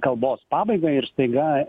kalbos pabaigą ir staiga